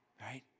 right